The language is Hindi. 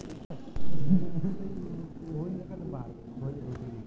डेबिट या क्रेडिट कार्ड को हम एक दिन में अधिकतम कितनी बार प्रयोग कर सकते हैं?